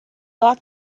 locked